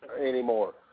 anymore